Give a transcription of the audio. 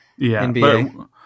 NBA